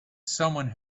someone